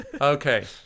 Okay